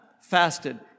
fasted